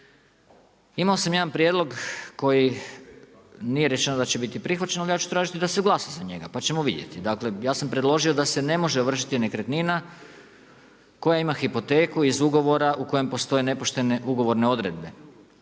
Imao sam jedna prijedlog koji nije rečeno da će biti prihvaćen, ali ja ću tražiti da se glasa za njega pa ćemo vidjeti. Dakle ja sam predložio da se ne može ovršiti nekretnina koja ima hipoteku iz ugovora u kojem postoje nepoštene ugovorne odredbe.